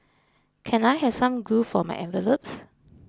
can I have some glue for my envelopes